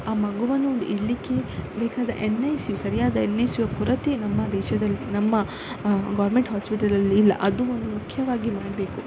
ಆ ಮಗುವನ್ನು ಒಂದು ಇಡ್ಲಿಕ್ಕೆ ಬೇಕಾದ ಎನ್ ಐ ಸಿ ಯು ಸರಿಯಾದ ಎನ್ ಐ ಸಿಯ ಕೊರತೆ ನಮ್ಮ ದೇಶದಲ್ಲಿ ನಮ್ಮ ಗೋರ್ಮೆಂಟ್ ಹಾಸ್ಪಿಟಲಲ್ಲಿ ಇಲ್ಲ ಅದು ಒಂದು ಮುಖ್ಯವಾಗಿ ಮಾಡಬೇಕು